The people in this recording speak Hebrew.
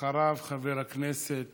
אחריו חבר הכנסת